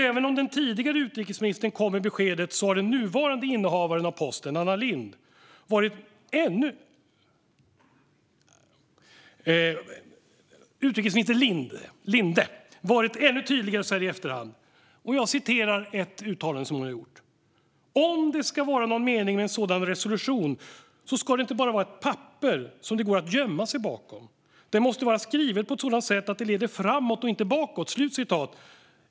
Även om den tidigare utrikesministern kom med beskedet har den nuvarande innehavaren av posten, utrikesminister Linde, varit ännu tydligare så här i efterhand. Jag citerar ett uttalande som hon har gjort: "Om det skall vara någon mening med en sådan resolution så skall det inte bara vara ett papper som det går att gömma sig bakom. Den måste vara skrivet på ett sådant sätt att det leder framåt och inte bakåt."